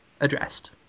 addressed